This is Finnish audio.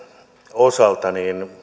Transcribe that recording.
osalta